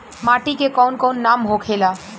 माटी के कौन कौन नाम होखेला?